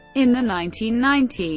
in the nineteen ninety